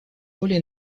более